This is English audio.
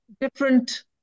different